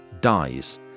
dies